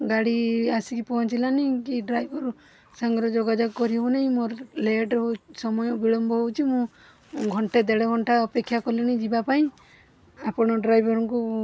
ଗାଡ଼ି ଆସିକି ପହଞ୍ଚିଲାନି କି ଡ୍ରାଇଭର୍ ସାଙ୍ଗରେ ଯୋଗାଯୋଗ କରିହେଉନାହିଁ ମୋର ଲେଟ୍ ହେଉ ସମୟ ବିଳମ୍ବ ହେଉଛି ମୁଁ ଘଣ୍ଟେ ଦେଢ଼ ଘଣ୍ଟା ଅପେକ୍ଷା କଲିଣି ଯିବା ପାଇଁ ଆପଣ ଡ୍ରାଇଭର୍ଙ୍କୁ